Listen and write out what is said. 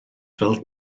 fel